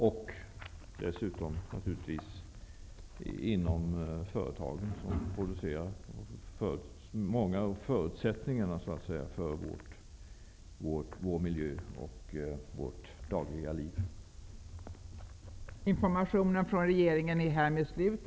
Dessutom handlar det naturligtvis om företagen, där många av förutsättningarna för vår miljö och vårt dagliga liv produceras.